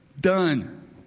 Done